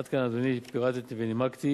עד כאן, אדוני, פירטתי ונימקתי,